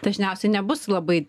dažniausiai nebus labai